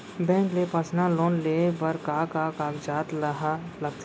Bank ले personal loan लेये बर का का कागजात ह लगथे?